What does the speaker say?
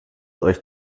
euch